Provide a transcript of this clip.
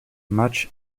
much